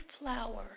flower